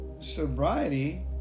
sobriety